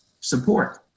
support